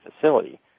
facility